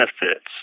benefits